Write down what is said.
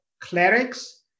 clerics